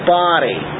body